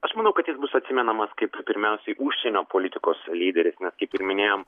aš manau kad jis bus atsimenamas kaip pirmiausiai užsienio politikos lyderis nes kaip ir minėjom